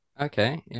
Okay